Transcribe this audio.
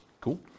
Cool